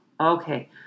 Okay